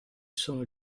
sono